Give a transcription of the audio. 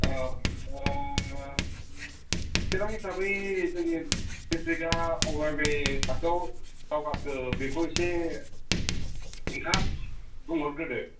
औ चिरां हिसाबै जोंनि डिसट्रिक्टआ अभार ब्रिड्जआथ' दावगाखो बेखौ एसे नोंथाङा बुंहरग्रोदो